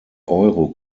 euro